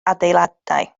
adeiladau